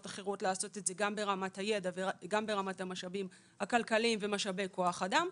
אחרות לעשות את זה גם ברמת הידע וגם ברמת המשאבים הכלכליים ומשאבי כוח אדם,